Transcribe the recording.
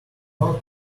none